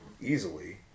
easily